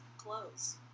clothes